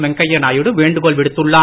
வெங்கையா நாயுடு வேண்டுகோள் விடுத்துள்ளார்